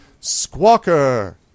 Squawker